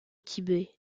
tibet